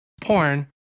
porn